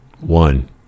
One